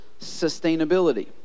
sustainability